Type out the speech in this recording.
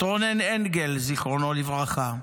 את רונן אנגל, זכרו לברכה,